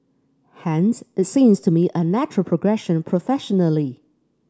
hence it seems to me a natural progression professionally